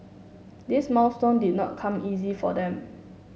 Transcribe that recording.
this milestone did not come easy for them